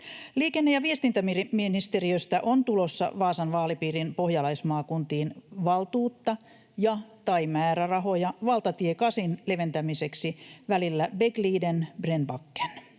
Liikenne- ja viestintäministeriöstä on tulossa Vaasan vaalipiirin pohjalaismaakuntiin valtuutta ja/tai määrärahoja valtatie kasin leventämiseksi välillä Bäckliden—Brännbacken